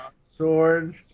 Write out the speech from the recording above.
sword